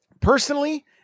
Personally